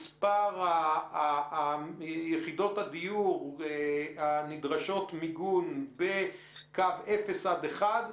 מספר יחידות הדיור הנדרשות מיגון בקו אפס עד אחד,